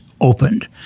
opened